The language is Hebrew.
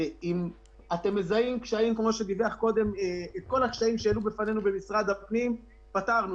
אם אתם מזהים קשיים את כל הקשיים שהעלו בפנינו אנשי משרד הפנים פתרנו,